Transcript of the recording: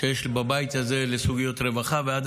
שיש בבית הזה לסוגיות רווחה ומודה עליו,